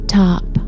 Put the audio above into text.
top